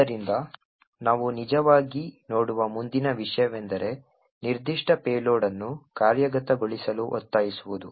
ಆದ್ದರಿಂದ ನಾವು ನಿಜವಾಗಿ ನೋಡುವ ಮುಂದಿನ ವಿಷಯವೆಂದರೆ ನಿರ್ದಿಷ್ಟ ಪೇಲೋಡ್ ಅನ್ನು ಕಾರ್ಯಗತಗೊಳಿಸಲು ಒತ್ತಾಯಿಸುವುದು